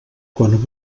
quan